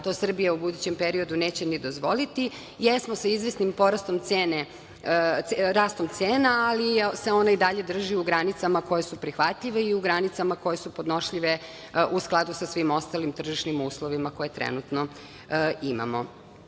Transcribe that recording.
to Srbija u budućem periodu neće ni dozvoliti, jesmo sa izvesnim porastom i rastom cene, ali se one i dalje drži u granicama koje su prihvatljive i u granicama koje su podnošljive u skladu sa svim ostalim tržišnim uslovima koje trenutno imamo.